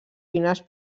fines